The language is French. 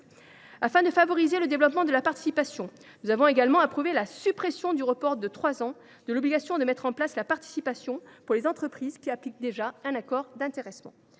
Afin de favoriser le développement de la participation, nous avons également approuvé la suppression du report de trois ans de l’obligation de mettre en place la participation pour les entreprises qui appliquent déjà un accord d’intéressement.